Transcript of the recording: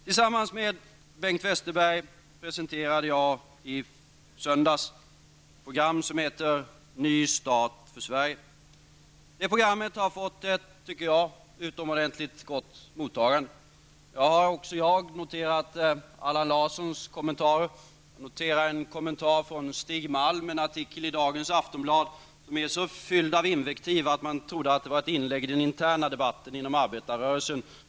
Tillsammans med Bengt Westerberg presenterade jag i söndags ett program som heter Ny start för Sverige. Det programmet har fått, tycker jag, ett utomordentligt gott mottagande. Jag har också jag noterat Allan Larssons kommentarer. Jag noterar en kommentar från Stig Malm i en artikel i dagens Aftonbladet som är så fylld av invektiv att jag trodde att det var ett inlägg i den interna debatten inom arbetarrörelsen.